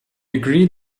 agreed